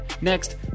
next